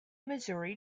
missouri